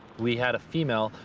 we had a female.